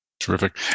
Terrific